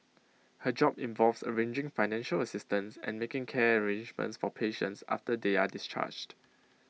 her job involves arranging financial assistance and making care arrangements for patients after they are discharged